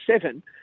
seven